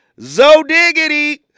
Zodiggity